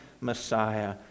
Messiah